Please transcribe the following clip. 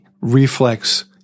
reflex